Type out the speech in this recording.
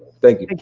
thank you. thank